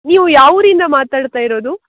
ನೀವು ಯಾವ ಊರಿಂದ ಮಾತಾಡ್ತ ಇರೋದು